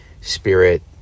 spirit